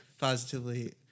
positively